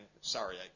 sorry